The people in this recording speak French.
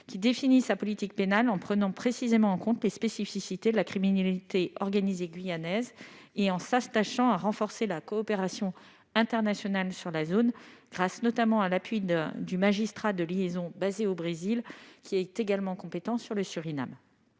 définit sa politique pénale en prenant précisément en compte les spécificités de la criminalité organisée guyanaise et en s'attachant à renforcer la coopération internationale sur la zone, grâce, notamment, à l'appui du magistrat de liaison basé au Brésil, compétent sur le Suriname.